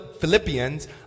Philippians